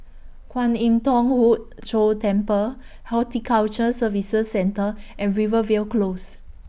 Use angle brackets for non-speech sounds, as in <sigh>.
Kwan Im Thong Hood Cho Temple <noise> Horticulture Services Centre and Rivervale Close